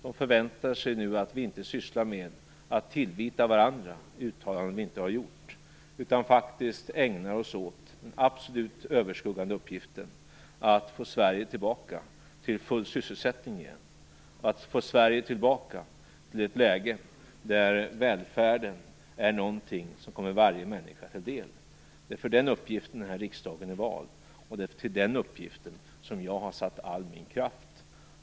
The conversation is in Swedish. De förväntar sig nu att vi inte sysslar med att tillvita varandra uttalanden vi inte har gjort, utan faktiskt ägnar oss åt den absolut överskuggande uppgiften att få Sverige tillbaka till full sysselsättning igen och att få Sverige tillbaka till ett läge där välfärden är någonting som kommer varje människa till del. Det är för den uppgiften riksdagen är vald, och det är till den uppgiften som jag har satt all min kraft.